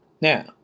Now